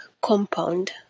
Compound